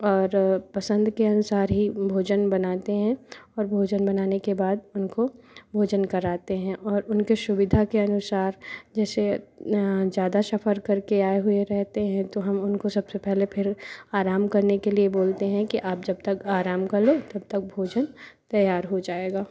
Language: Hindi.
और पसंद के अनुसार ही भोजन बनाते हैं और भोजन बनाने के बाद उनको भोजन कराते हैं और उनके सुविधा के अनुसार जैसे ज़्यादा सफ़र करके आए हुए रहते हैं तो हम उनको सबसे पहले फिर आराम करने के लिए बोलते हैं कि आप जब तक आराम कर लो तब तक भोजन तैयार हो जाएगा